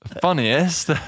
Funniest